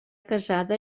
casada